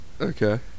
Okay